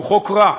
הוא חוק רע,